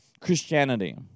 Christianity